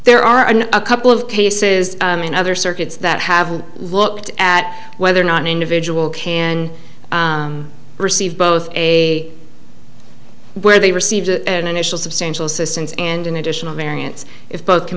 there are in a couple of cases in other circuits that have looked at whether or not an individual can receive both a where they received an initial substantial assistance and an additional variance if both can